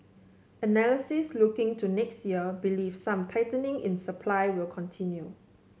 analysts looking to next year believe some tightening in supply will continue